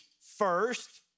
first